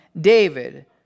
David